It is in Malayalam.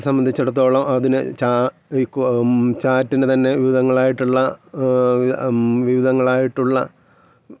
പക്ഷെ ഞാനങ്ങനെ കുറേ നേരമത് നോക്കിയപ്പോഴത്തേനും എനിക്ക് മനസ്സിലായി അതിലെന്തോ എന്തോ ഒരു ഡീപ്പ് മീനിങ്ങുള്ളതായിട്ട് തോന്നിയായിരുന്നു